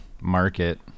market